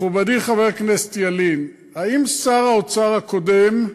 מכובדי חבר הכנסת ילין, האם שר האוצר הקודם,